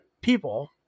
people